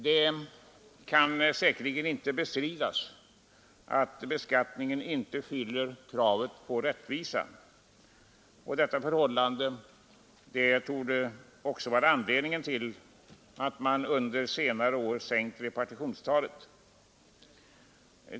Det kan säkerligen inte bestridas att beskattningen inte fyller kravet på rättvisa, och detta förhållande torde också vara anledningen till att man under senare år sänkt repartitionstalet.